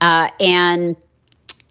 ah and